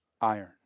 iron